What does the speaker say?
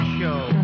show